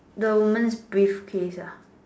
the woman's briefcase ah